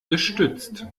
gestützt